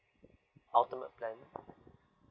ultimate plan